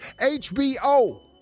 HBO